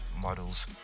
models